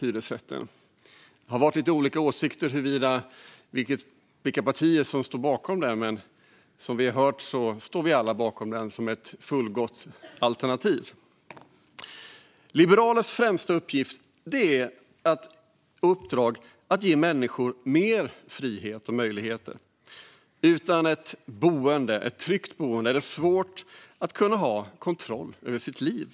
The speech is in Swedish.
Det har varit lite olika åsikter om vilka partier som står bakom den, men som vi har hört står vi alla bakom den som ett fullgott alternativ. Liberalers främsta uppdrag är att ge människor mer frihet och möjligheter. Utan ett tryggt boende är det svårt att ha kontroll över sitt liv.